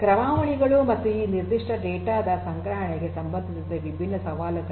ಕ್ರಮಾವಳಿಗಳು ಮತ್ತು ಈ ನಿರ್ದಿಷ್ಟ ಡೇಟಾ ದ ಸಂಗ್ರಹಣೆಗೆ ಸಂಬಂಧಿಸಿದಂತೆ ವಿಭಿನ್ನ ಸವಾಲುಗಳು